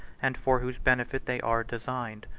and for whose benefit they are designed.